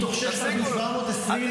אל תגלגלו עיניים.